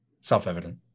self-evident